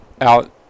out